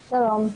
שלום.